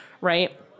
right